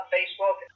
Facebook